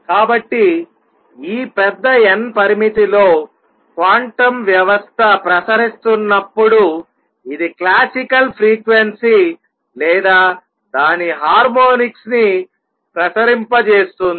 కాబట్టి ఈ పెద్ద n పరిమితిలో క్వాంటం వ్యవస్థ ప్రసరిస్తున్నప్పుడు ఇది క్లాసికల్ ఫ్రీక్వెన్సీ లేదా దాని హార్మోనిక్స్ ని ప్రసరింపజేస్తుంది